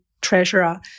treasurer